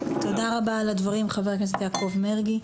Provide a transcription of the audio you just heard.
תודה רבה על הדברים, חבר הכנסת יעקב מרגי.